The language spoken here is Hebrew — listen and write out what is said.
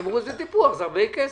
תמרוץ וטיפוח זה הרבה כסף.